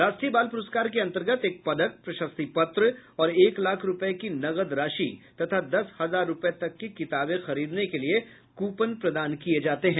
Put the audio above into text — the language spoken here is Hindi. राष्ट्रीय बाल पुरस्कार के अन्तर्गत एक पदक प्रशस्ति पत्र और एक लाख रूपये की नकद राशि तथा दस हजार रूपये तक के किताब खरीदने के लिए कूपन प्रदान किये जाते हैं